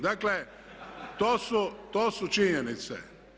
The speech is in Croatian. Dakle to su činjenice.